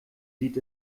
sieht